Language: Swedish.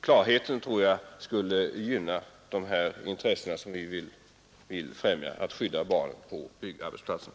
Klarhet, tror jag, skulle gynna de syften som vi vill främja — att skydda barnen och allmänheten på byggarbetsplatserna.